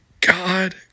God